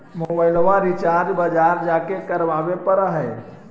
मोबाइलवा रिचार्ज बजार जा के करावे पर है?